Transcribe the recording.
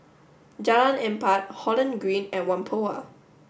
Jalan Empat Holland Green and Whampoa